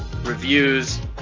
reviews